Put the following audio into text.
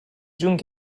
جون